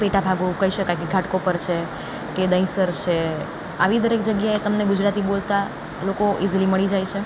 પેટા ભાગો કહી શકાય જેમ કે ઘાટકોપર છે કે દહીંસર છે આવી દરેક જગ્યાએ તમને ગુજરાતી બોલતા લોકો ઈઝીલી મળી જાય છે